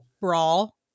brawl